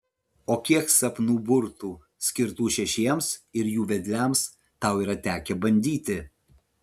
o kiek sapnų burtų skirtų šešiems ir jų vedliams tau yra tekę bandyti